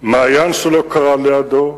מעיין שלא כרע לידו,